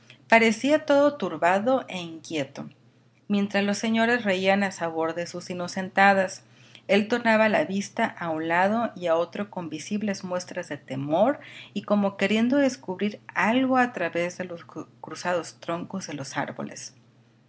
parecía todo turbado e inquieto mientras los señores reían a sabor de sus inocentadas él tornaba la vista a un lado y a otro con visibles muestras de temor y como queriendo descubrir algo a través de los cruzados troncos de los árboles